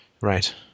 Right